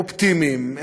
הם אופטימיים,